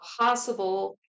possible